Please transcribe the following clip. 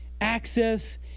access